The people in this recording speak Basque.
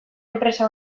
enpresa